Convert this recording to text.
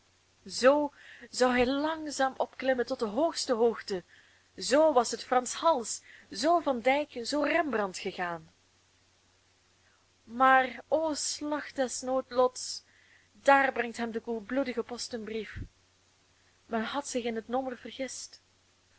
zoo zou hij langzaam opklimmen tot de hoogste hoogte zoo was het frans hals zoo van dijck zoo rembrandt gegaan maar o slag des noodlots daar brengt hem de koelbloedige post een brief men had zich in het nommer vergist